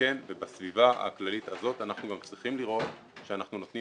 בסביבה הכללית הזאת אנחנו צריכים לראות שאנחנו נותנים